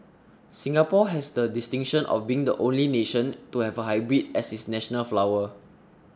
Singapore has the distinction of being the only nation to have a hybrid as its national flower